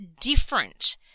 different